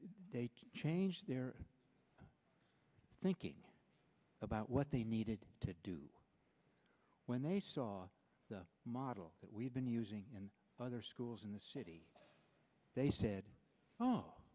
change their thinking about what they needed to do when they saw the model that we've been using in other schools in the city they said oh